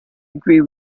agree